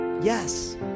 Yes